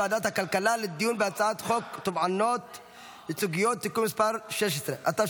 ועדת הכנסת החליטה בישיבתה היום לשנות את החלטתה